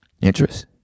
Interest